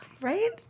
Right